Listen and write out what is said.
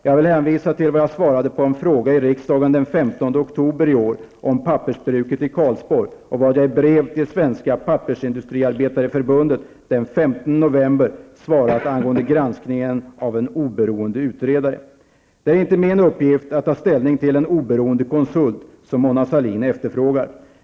Jag vill hänvisa till vad jag svarade på en fråga i riksdagen den 15 oktober i år om pappersbruket i Karlsborg och vad jag i brev till Svenska Det är inte min uppgift att ta ställning till en oberoende konsult som Mona Sahlin efterfrågar.